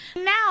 Now